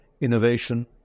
innovation